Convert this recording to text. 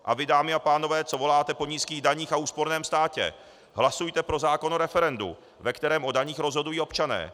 A vy, dámy a pánové, co voláte po nízkých daních a úsporném státě, hlasujte pro zákon o referendu, ve kterém o daních rozhodují občané.